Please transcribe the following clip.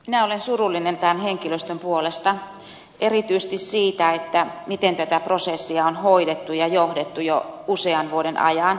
minä olen surullinen tämän henkilöstön puolesta erityisesti siitä miten tätä prosessia on hoidettu ja johdettu jo usean vuoden ajan